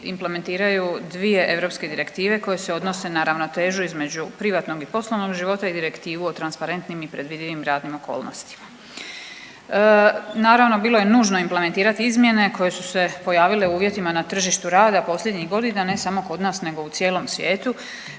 implementiraju dvije europske direktive koje se odnose na ravnotežu između privatnog i poslovnog života i direktivu o transparentnim i predvidivim radnim okolnostima. Naravno bilo je nužno implementirati izmjene koje su se pojavile u uvjetima na tržištu rada posljednjih godina, ne samo kod nas nego u cijelom svijetu,